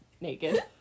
naked